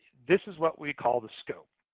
this is what we call the scope.